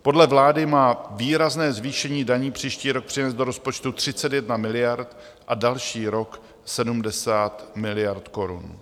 Podle vlády má výrazné zvýšení daní příští rok přinést do rozpočtu 31 miliard a další rok 70 miliard korun.